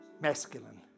Masculine